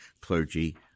clergy